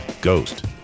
ghost